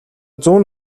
зүүн